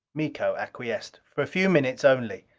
miko acquiesced. for a few minutes only.